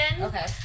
Okay